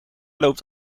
loopt